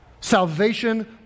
salvation